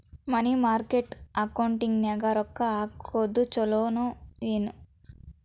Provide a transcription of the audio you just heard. ಮನಿ market ಅಕೌಂಟಿನ್ಯಾಗ ರೊಕ್ಕ ಹಾಕುದು ಚುಲೊ ಏನು